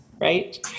right